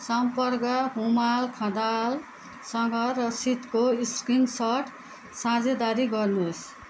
सम्पर्क हुमाल खँनालसँग रसिदको स्क्रिनसट साझेदारी गर्नुहोस्